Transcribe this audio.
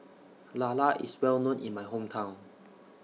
Lala IS Well known in My Hometown